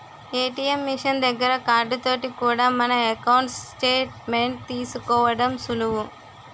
ATM machine దగ్గర card తోటి కూడా మన ఎకౌంటు స్టేట్ మెంట్ తీసుకోవడం సులువు